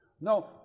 No